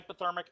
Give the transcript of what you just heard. hypothermic